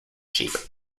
sheep